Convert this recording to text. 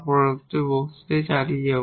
পরবর্তী বক্তৃতায় চালিয়ে যাব